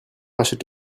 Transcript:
achète